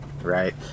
right